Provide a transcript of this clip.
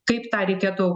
kaip tą reikėtų